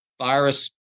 virus